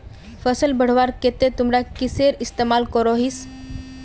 फसल बढ़वार केते तुमरा किसेर इस्तेमाल करोहिस?